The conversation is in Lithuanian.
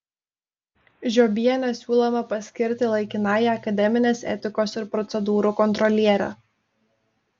žiobienę siūloma paskirti laikinąja akademinės etikos ir procedūrų kontroliere